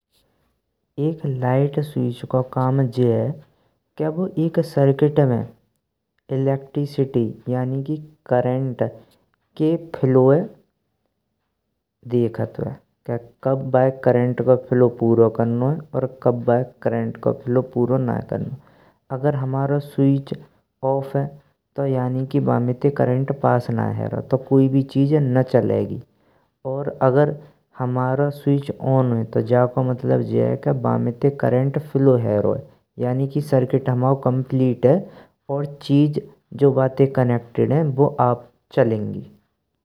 एक light switch को काम जे है के, वु एक सर्किट में इलेक्ट्रिसिटी यानि कि करंट के फ्लोये देखतोये के, कब वाय करंट को फ्लो पूरो करनाओए। और कब वाय करंट को फ्लो पूरो नै करानो, अगर हमारो स्विच ऑफ है तो यानि कि वा में ते करंट पास नै है रहो, तो कोई भी चीज नै चलेगी और अगर हमारो स्विच ऑन है। तो जाको मतलब जे है कि वा में ते करंट फ्लो है रहो है। यानि कि सर्किट हमारो कम्प्लीट है, और चीज जो बाते कनेक्टेड हैं बु आप चलेंगी।